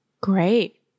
Great